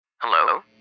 Hello